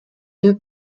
deux